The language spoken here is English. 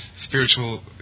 spiritual